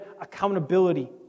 accountability